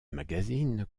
magazine